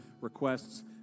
requests